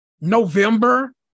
November